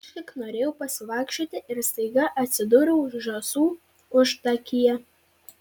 aš tik norėjau pasivaikščioti ir staiga atsidūriau žąsų užtakyje